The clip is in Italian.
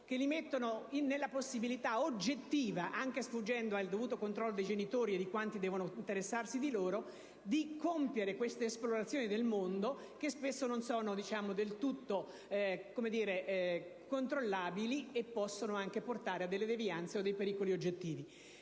che li mettono nella possibilità oggettiva, anche sfuggendo al dovuto controllo dei genitori e di quanti devono interessarsi di loro, di compiere queste esplorazioni del mondo, che spesso non sono del tutto controllabili e possono anche portare a delle devianze o costituire pericoli oggettivi.